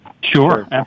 Sure